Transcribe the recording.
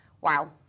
wow